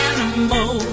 Animal